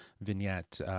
vignette